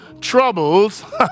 troubles